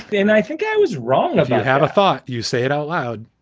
and i think i was wrong. you had a thought. you say it out loud.